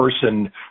person